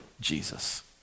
Jesus